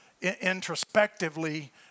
introspectively